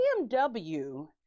BMW